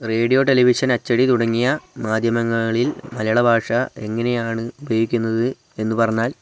radio television അച്ചടി തുടങ്ങിയ മാധ്യമങ്ങളിൽ മലയാള ഭാഷ എങ്ങനെയാണ് ഉപയോഗിക്കുന്നത് എന്നു പറഞ്ഞാൽ